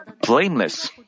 blameless